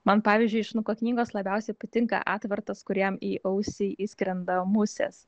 man pavyzdžiui iš nuko knygos labiausiai patinka atvartas kur jam į ausį įskrenda musės